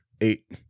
Eight